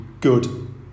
good